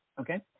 okay